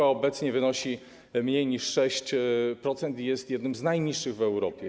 A obecnie wynosi ono mniej niż 6% i jest jednym z najniższych w Europie.